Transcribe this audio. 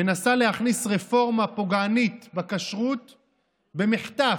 מנסה להכניס רפורמה פוגענית בכשרות במחטף,